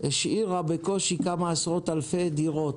השאירה בקושי כמה עשרות אלפי דירות,